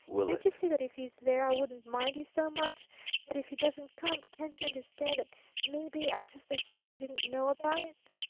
can't you see that if he's there, i wouldn't mind you so much but if he doesn't come, can't you understand that maybe i'd just as soon you didn't know about it?